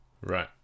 Right